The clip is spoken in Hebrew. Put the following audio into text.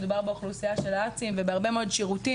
מדובר באוכלוסייה של ע"צים (עובדי צה"ל) ובהרבה מאוד שירותים,